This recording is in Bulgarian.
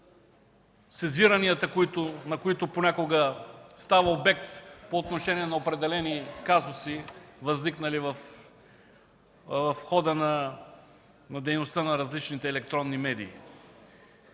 сезиранията, на които понякога става обект, по отношение на определени казуси, възникнали в хода на дейността на различните електронни медии.